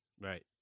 Right